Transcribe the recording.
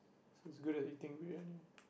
so it's good at eating Briyani ah